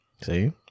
See